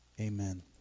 amen